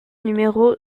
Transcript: numéro